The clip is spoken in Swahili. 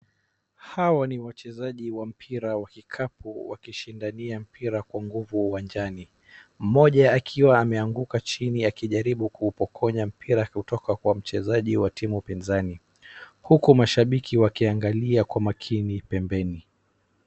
Hawa ni wachezaji wa mpira wa kikapu wakishindania mpira kwa nguvu uwanjani, mmoja akiwa ameanguka chini akijaribu kuupokonya mpira kutoka kwa mchezaji wa timu pinzani, huku mashabiki wakiangalia kwa umakini pembeni.